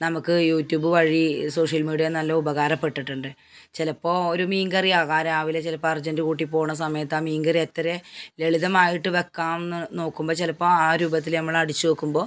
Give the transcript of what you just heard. നമുക്ക് യൂട്യൂബ് വഴി social media നല്ല ഉപകാരപ്പെട്ടിട്ടുണ്ട് ചിലപ്പോൾ ഒരു മീൻകറി ആകാ രാവിലെ ചിലപ്പോൾ അർജൻറ്റ് കൂട്ടിപ്പോണ സമയത്താണ് മീൻകറി എത്ര ലളിതമായിട്ട് വെക്കാമെന്നു നോക്കുമ്പോൾ ചിലപ്പോൾ ആ രൂപത്തിൽ നമ്മൾ അടിച്ചു നോക്കുമ്പോൾ